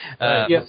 Yes